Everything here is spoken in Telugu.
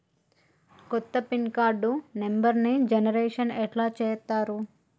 కొత్త పిన్ కార్డు నెంబర్ని జనరేషన్ ఎట్లా చేత్తరు?